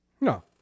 No